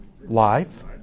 Life